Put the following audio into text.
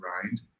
grind